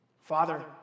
Father